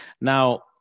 Now